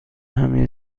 همه